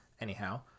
Anyhow